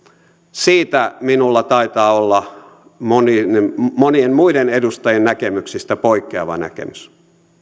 siitä minulla taitaa olla monien muiden edustajien näkemyksistä poikkeava näkemys